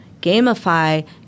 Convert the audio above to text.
Gamify